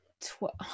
twelve